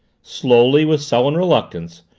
slowly, with sullen reluctance,